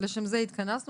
לשם זה התכנסנו.